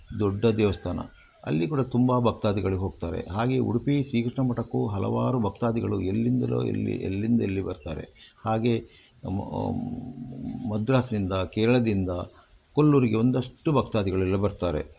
ದೊಡ್ಡ ದೇವಸ್ಥಾನ ಅಲ್ಲಿ ಕೂಡ ತುಂಬ ಭಕ್ತಾದಿಗಳು ಹೋಗ್ತಾರೆ ಹಾಗೆ ಉಡುಪಿ ಶ್ರೀಕೃಷ್ಣ ಮಠಕ್ಕು ಹಲವಾರು ಭಕ್ತಾದಿಗಳು ಎಲ್ಲಿಂದಲೋ ಎಲ್ಲಿ ಎಲ್ಲಿಂದ ಎಲ್ಲಿ ಬರ್ತಾರೆ ಹಾಗೆ ಮದ್ರಾಸ್ನಿಂದ ಕೇರಳದಿಂದ ಕೊಲ್ಲೂರಿಗೆ ಒಂದಷ್ಟು ಭಕ್ತಾದಿಗಳೆಲ್ಲ ಬರ್ತಾರೆ